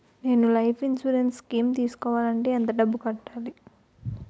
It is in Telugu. నేను లైఫ్ ఇన్సురెన్స్ స్కీం తీసుకోవాలంటే ఎంత డబ్బు కట్టాలి?